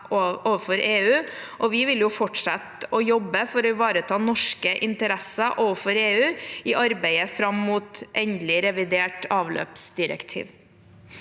vi vil fortsette å jobbe for å ivareta norske interesser overfor EU i arbeidet fram mot endelig revidert avløpsdirektiv.